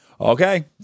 Okay